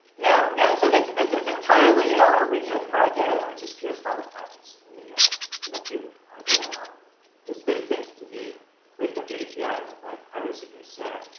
no. no. so this this is entirely our research project. i'm just curious about the practice ah in the field. are there a lot? because this seems to be with the gdpr and like privacy concern.